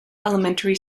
elementary